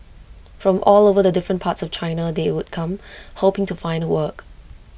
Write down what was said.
from all over the different parts of China they'd come hoping to find work